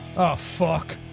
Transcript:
oh, fuck.